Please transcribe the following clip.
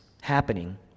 happening